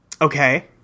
Okay